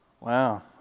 Wow